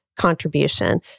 contribution